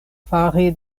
fare